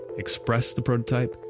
express the prototype,